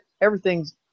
Everything's